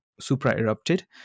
supra-erupted